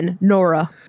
Nora